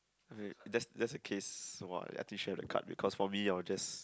okay that's that's the case !wah! I teach you how to cut because for me I will just